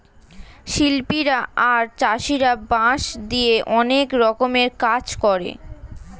শিল্পীরা আর চাষীরা বাঁশ দিয়ে অনেক রকমের কাজ করে